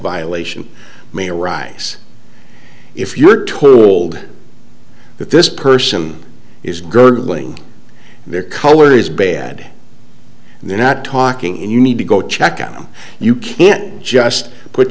violation may arise if you're told that this person is goodling their color is bad and they're not talking and you need to go check out you can't just put